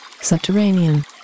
subterranean